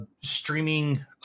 streaming